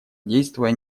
действуя